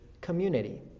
community